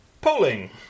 Polling